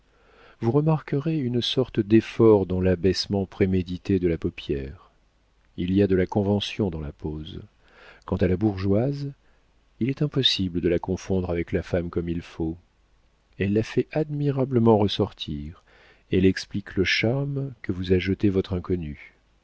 vous remarquerez une sorte d'effort dans l'abaissement prémédité de la paupière il y a de la convention dans la pose quant à la bourgeoise il est impossible de la confondre avec la femme comme il faut elle la fait admirablement ressortir elle explique le charme que vous a jeté votre inconnue